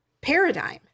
paradigm